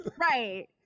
right